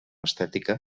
estètica